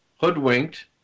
hoodwinked